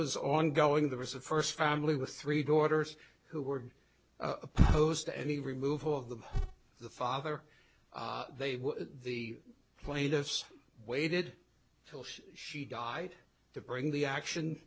was ongoing there was a first family with three daughters who were opposed to any removal of the the father they were the plaintiffs waited until she she died to bring the action